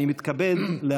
הולך ונעלם.